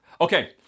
okay